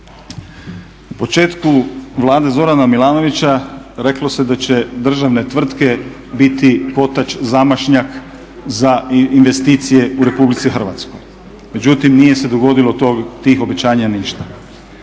U početku Vlade Zorana Milanovića, reklo se da će državne tvrtke biti kotač zamašnjak za investicije u Republici Hrvatskoj. Međutim, nije se dogodilo od tih obećanja ništa.